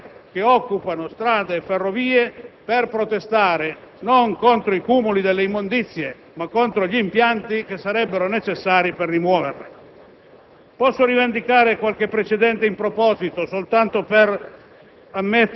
localizzati progettati e non costruiti, e di rivolte popolari che occupano strade e ferrovie per protestare non contro i cumuli di immondizie, ma contro gli impianti che sarebbero necessari per rimuoverli.